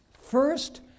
first